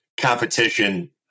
competition